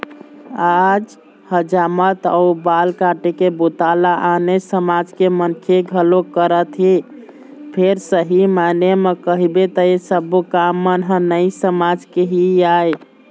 आज हजामत अउ बाल काटे के बूता ल आने समाज के मनखे घलोक करत हे फेर सही मायने म कहिबे त ऐ सब्बो काम मन ह नाई समाज के ही आय